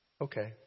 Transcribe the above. okay